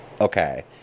okay